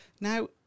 Now